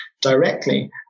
directly